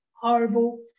horrible